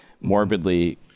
morbidly